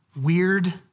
weird